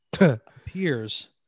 appears